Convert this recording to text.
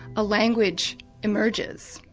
a language emerges.